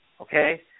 okay